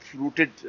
rooted